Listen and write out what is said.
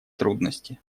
трудности